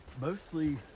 Mostly